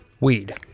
weed